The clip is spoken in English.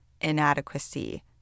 inadequacy